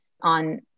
on